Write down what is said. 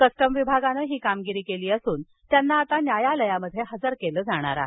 custom विभागांनं ही कामगिरी केली असून त्यांना आता न्यायालयात हजर केलं जाणार आहे